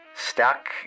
stuck